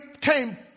came